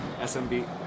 SMB